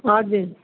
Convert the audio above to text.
हजुर